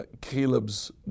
Caleb's